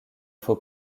faut